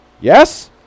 Yes